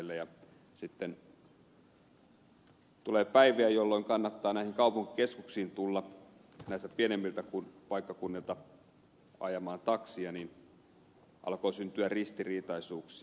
kun sitten tulee päiviä jolloin kannattaa näihin kaupunkikeskuksiin tulla pienemmiltä paikkakunnilta ajamaan taksia niin alkoi syntyä ristiriitaisuuksia